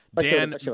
Dan